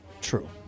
True